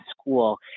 school